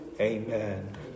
Amen